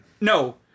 No